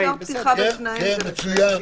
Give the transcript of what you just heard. "פתיחה בתנאים", מצוין.